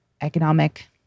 economic